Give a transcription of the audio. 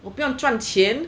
我不用赚钱